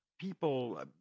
People